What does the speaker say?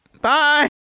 Bye